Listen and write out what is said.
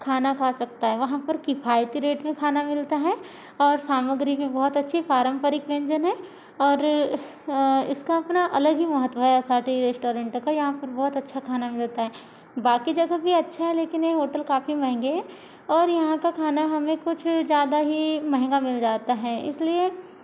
खाना खा सकता है वहाँ पर किफायती रेट पर खाना मिलता है और सामग्री भी बहुत अच्छी पारम्परिक व्यंजन हैं और इसका अपना अलग ही महत्त्व है असाटी रेस्टोरेंट का यहाँ पर बहुत अच्छा खाना मिलता है बाकी जगह भी अच्छा है लेकिन ये होटल काफ़ी महँगे हैं और यहाँ का खाना हमें कुछ ज़्यादा ही महँगा मिल जाता है इसलिए